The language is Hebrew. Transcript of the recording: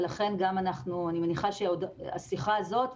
אני מניחה שהשיחה הזאת,